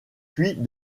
puis